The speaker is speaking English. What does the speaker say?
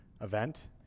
event